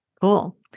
Cool